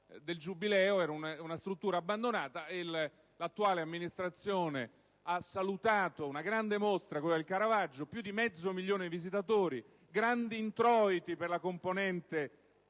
del Giubileo: era infatti una struttura abbandonata. L'attuale amministrazione ha salutato una grande mostra, quella del Caravaggio, con più di mezzo milione di visitatori, con grande introiti per la componente